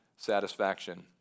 satisfaction